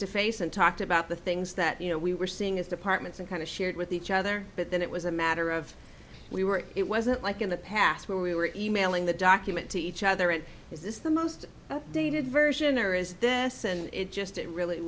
to face and talked about the things that you know we were seeing as departments and kind of shared with each other but then it was a matter of we were it wasn't like in the past where we were emailing the document to each other and this is the most dated version or is this and it just it really